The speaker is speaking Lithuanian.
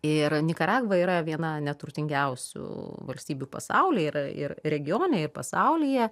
ir nikaragva yra viena neturtingiausių valstybių pasaulyje yra ir regione ir pasaulyje